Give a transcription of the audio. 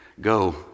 Go